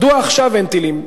מדוע עכשיו אין טילים?